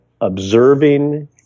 observing